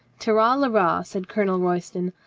tira lira, said colonel royston.